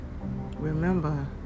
remember